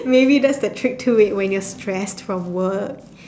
maybe that's the trick to it when you're stressed from work